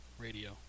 radio